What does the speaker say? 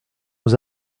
aux